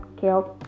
killed